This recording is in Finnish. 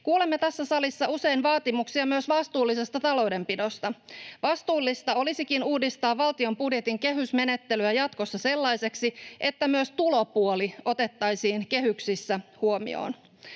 Kuulemme tässä salissa usein vaatimuksia myös vastuullisesta taloudenpidosta. Vastuullista olisikin uudistaa valtion budjetin kehysmenettelyä jatkossa sellaiseksi, että myös tulopuoli otettaisiin kehyksissä huomioon.